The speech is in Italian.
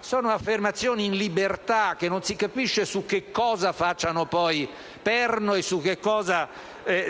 Sono affermazioni in libertà, che non si capisce su che cosa facciano poi perno e su che cosa